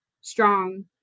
strong